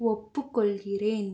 ஒப்புக் கொள்கிறேன்